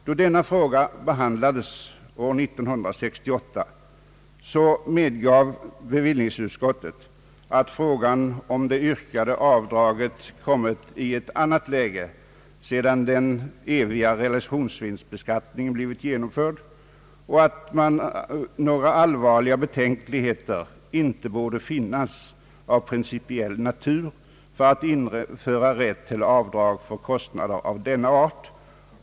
När detta ärende behandlades år 1968 medgav bevillningsutskottet att frågan om det yrkade avdraget kommit i ett annat läge sedan den eviga realisationsvinstbeskattningen blivit genomförd och att det inte borde finnas några allvarliga betänkligheter av principiell natur mot att införa rätt till avdrag för kostnader av denna art.